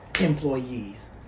employees